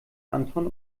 anton